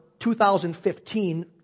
2015